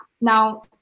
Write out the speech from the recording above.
now